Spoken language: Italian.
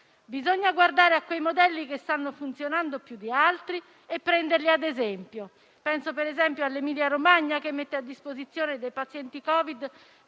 Bisogna guardare a quei modelli che stanno funzionando più di altri e prenderli ad esempio. Penso, per esempio, all'Emilia Romagna, che mette a disposizione dei pazienti Covid-19